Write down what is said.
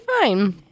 fine